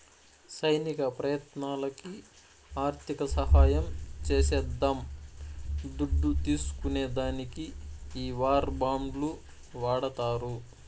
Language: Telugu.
సైనిక ప్రయత్నాలకి ఆర్థిక సహాయం చేసేద్దాం దుడ్డు తీస్కునే దానికి ఈ వార్ బాండ్లు వాడతారు